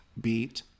beat